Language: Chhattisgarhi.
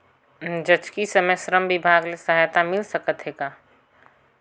जचकी समय श्रम विभाग ले सहायता मिल सकथे का?